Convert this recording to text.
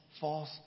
false